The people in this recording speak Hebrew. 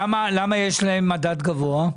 למה יש להם מדד גבוה?